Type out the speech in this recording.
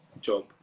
job